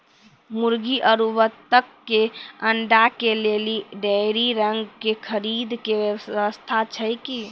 मुर्गी आरु बत्तक के अंडा के लेली डेयरी रंग के खरीद के व्यवस्था छै कि?